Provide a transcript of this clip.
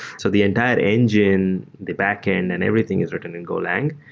so the entire engine, the backend and everything is written in go lang.